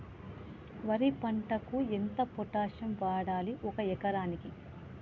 వరి పంటకు ఎంత పొటాషియం వాడాలి ఒక ఎకరానికి?